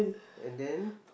and then